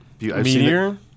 meteor